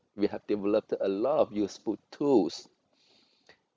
we have developed a lot of useful tools